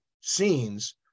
scenes